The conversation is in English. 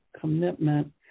commitment